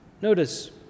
Notice